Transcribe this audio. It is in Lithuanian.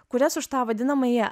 kurias už tą vadinamąją